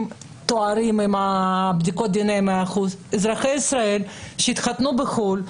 טהורים עם בדיקות דנ"א מאה אחוז אזרחי ישראל שהתחתנו בחו"ל,